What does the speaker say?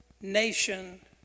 nation